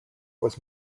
was